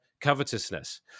covetousness